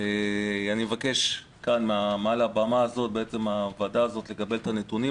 אני מבקש כאן מעל הבמה הזאת לקבל את הנתונים